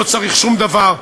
לא צריך שום דבר,